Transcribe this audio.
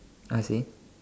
I see